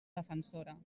defensora